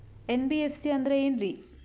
NBFC ಅಂದ್ರ ಏನ್ರೀ?